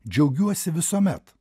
džiaugiuosi visuomet